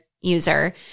user